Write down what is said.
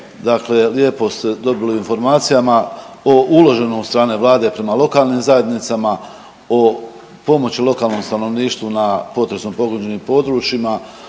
lijepo ste dobili u informacijama o uloženom od strane Vlade prema lokalnim zajednicama, o pomoći lokalnom stanovništvu na potresom pogođenim područjima,